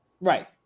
right